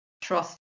trust